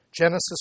Genesis